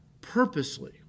purposely